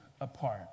apart